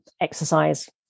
exercise